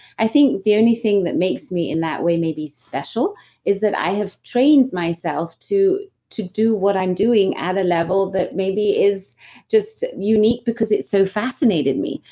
i think the only thing that makes me in that way maybe special is that i have trained myself to to do what i'm doing at a level that maybe is just unique because it so fascinated me,